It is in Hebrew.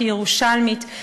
כירושלמית,